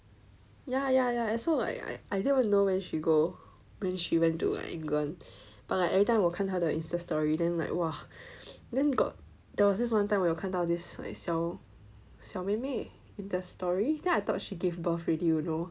ya ya ya so like I I didn't even know when she go when she went to England but everytime 我看他的 Insta story then like !wah! then got there was this one time 我有看到 this 小小妹妹 in their story then I thought she gave birth already you know